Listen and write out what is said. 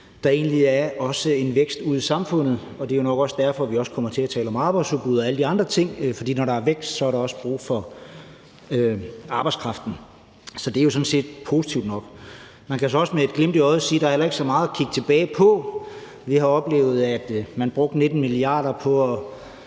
også er en vækst ude i samfundet. Det er jo nok også derfor, at vi også kommer til at tale om arbejdsudbud og alle de andre ting. For når der er vækst, så er der også brug for arbejdskraften. Så det er jo sådan set positivt nok. Man kan så også med et glimt i øjet sige, at der heller ikke er så meget at kigge tilbage på. Vi har oplevet, at man brugte 19 mia. kr. på at